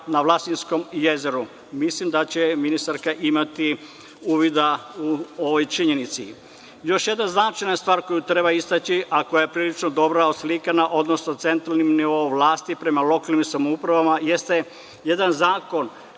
na Vlasotinskom jezeru. Mislim da će ministarka imati uvida u ovu činjenicu. Još jedna značajna stvar koju treba istaći, a koja je prilično dobro oslikana odnosom centralnog nivoa vlasti prema lokalnim samoupravama, jeste jedan zakon